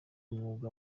mwuga